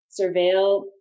surveil